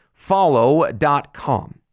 Follow.com